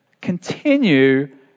Continue